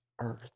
earth